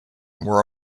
were